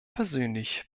persönlich